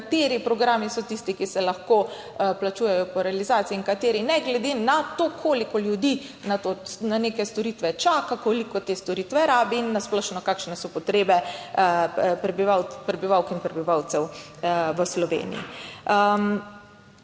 kateri programi so tisti, ki se lahko plačujejo po realizaciji in kateri ne glede na to, koliko ljudi to na neke storitve čaka, koliko te storitve rabi in na splošno, kakšne so potrebe prebivalce, prebivalk in prebivalcev v Sloveniji.